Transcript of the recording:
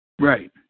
Right